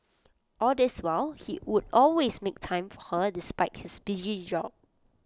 all this while he would always make time for her despite his busy job